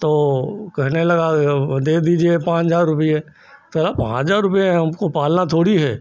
तो कहने लगा दे दीजिए पाँच हज़ार रुपये बोला पाँच हज़ार रुपये हमको पालना थोड़ी है